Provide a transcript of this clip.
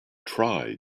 try